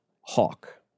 hawk